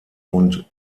und